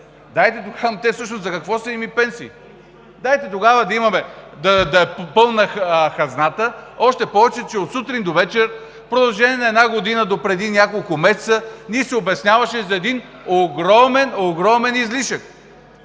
Дайте тогава да е пълна хазната, още повече че от сутрин до вечер, в продължение на една година, допреди няколко месеца ни се обясняваше за един огромен, огромен излишък!